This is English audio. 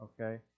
Okay